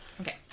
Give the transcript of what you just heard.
Okay